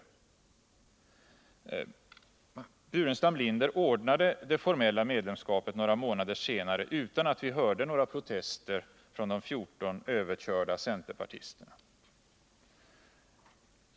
Herr Burenstam Linder ordnade det formella medlemskapet några månader senare utan att vi hörde några protester från de 14 överkörda centerpartisterna.